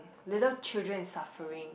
little children is suffering